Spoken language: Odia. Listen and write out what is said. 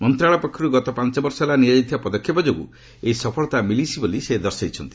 ମନ୍ତ୍ରଣାଳୟ ପକ୍ଷରୁ ଗତ ପାଞ୍ଚ ବର୍ଷ ହେଲା ନିଆଯାଇଥିବା ପଦକ୍ଷେପ ଯୋଗୁଁ ଏହି ସଫଳତା ମିଳିଛି ବୋଲି ସେ ଦର୍ଶାଇଛନ୍ତି